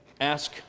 ask